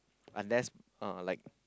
unless uh like